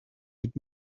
mit